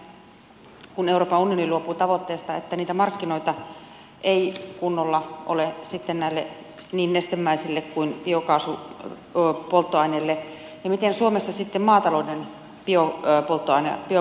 onko nyt niin kun euroopan unioni luopuu tavoitteesta että niitä markkinoita ei kunnolla ole sitten näille niin nestemäisille kuin biokaasupolttoaineille ja miten suomessa sitten maatalouden biopolttoaine biokaasuhankkeet